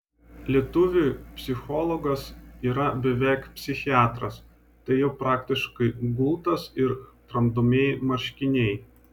lietuviui psichologas yra beveik psichiatras tai jau praktiškai gultas ir tramdomieji marškiniai